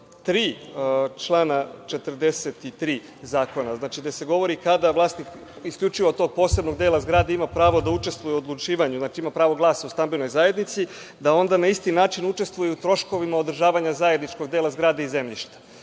3. člana 43. zakona, gde se govori kada vlasnik isključivo tog posebnog dela zgrade ima pravo da učestvuje u odlučivanju. Znači, ima pravo glasa u stambenoj zajednici da onda na isti način učestvuje u troškovima održavanja zajedničkog dela i zemljišta.